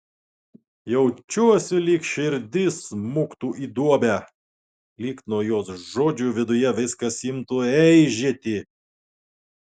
jaučiuosi lyg širdis smuktų į duobę lyg nuo jos žodžių viduje viskas imtų eižėti